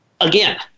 Again